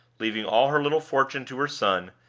leaving all her little fortune to her son,